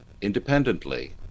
independently